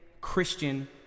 Christian